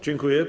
Dziękuję.